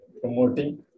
promoting